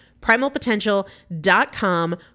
Primalpotential.com